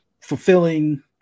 fulfilling